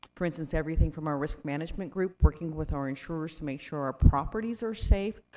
for instance, everything from our risk management group, working with our insurers to make sure our properties are safe,